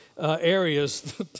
areas